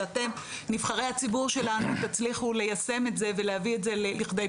שאתם נבחרי הציבור שלנו תצליחו ליישם את זה ולהביא את זה לכדי פעולה.